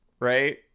Right